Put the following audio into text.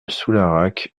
soularac